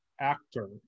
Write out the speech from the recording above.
actor